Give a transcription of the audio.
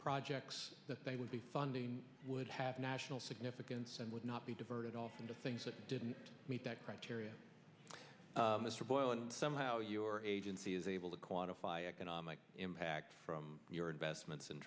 projects that they would be funding would have national significance and would not be diverted off into things that didn't meet that criteria mr boyle and somehow your agency is able to quantify economic impact from your investments in